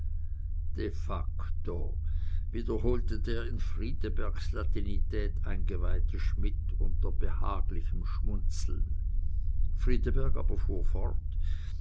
de facto wiederholte der in friedebergs latinität eingeweihte schmidt unter behaglichem schmunzeln friedeberg aber fuhr fort